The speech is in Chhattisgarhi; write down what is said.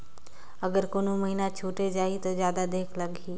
अगर कोनो महीना छुटे जाही तो जादा देहेक लगही?